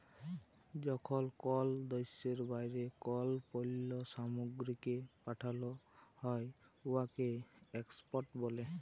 যখল কল দ্যাশের বাইরে কল পল্ল্য সামগ্রীকে পাঠাল হ্যয় উয়াকে এক্সপর্ট ব্যলে